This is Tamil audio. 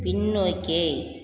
பின்னோக்கி